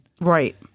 Right